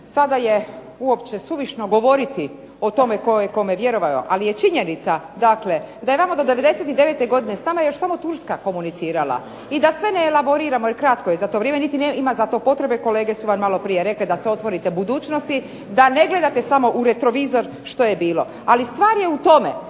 Sada je uopće suvišno govoriti o tome tko je kome vjerovao, ali je činjenica da je vama do '99. godine s nama još samo Turska komunicirala. I da sve ne elaboriramo jer je kratko vrijeme, niti ima za to potrebe. Kolege su vam malo prije rekli da se otvorite budućnosti, da ne gledate samo u retrovizor što je bilo. Ali stvar je u tome